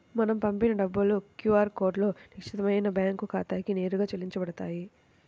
మనం పంపిన డబ్బులు క్యూ ఆర్ కోడ్లో నిక్షిప్తమైన బ్యేంకు ఖాతాకి నేరుగా చెల్లించబడతాయి